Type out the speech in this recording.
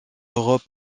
robe